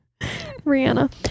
Rihanna